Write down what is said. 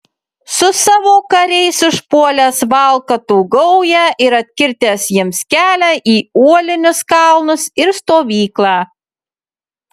su savo kariais užpuolęs valkatų gaują ir atkirtęs jiems kelią į uolinius kalnus ir stovyklą